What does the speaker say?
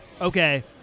Okay